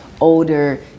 older